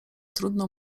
trudno